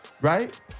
right